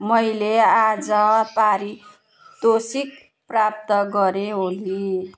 मैले आज पारितोषिक प्राप्त गरेँ ओली